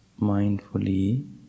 mindfully